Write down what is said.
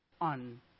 on